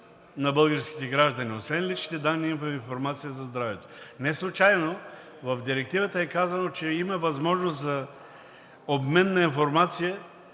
на българските граждани, тоест освен личните данни има и информация за здравето. Неслучайно в Директивата е казано, че има възможност за обмен на информацията,